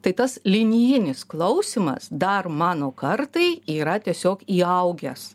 tai tas linijinis klausymas dar mano kartai yra tiesiog įaugęs